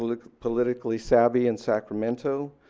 like politically savvy in sacramento,